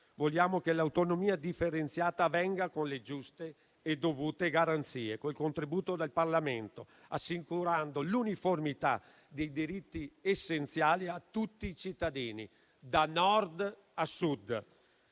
Vogliamo che l'autonomia differenziata avvenga con le giuste e dovute garanzie, con il contributo del Parlamento, assicurando l'uniformità dei diritti essenziali a tutti i cittadini, da Nord a Sud.